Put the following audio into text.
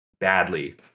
Badly